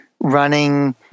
running